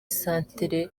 santere